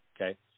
Okay